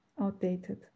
outdated